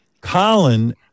Colin